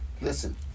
Listen